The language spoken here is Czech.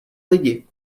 lidi